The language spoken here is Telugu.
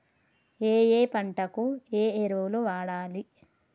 ఏయే పంటకు ఏ ఎరువులు వాడాలి?